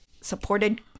supported